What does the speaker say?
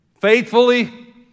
faithfully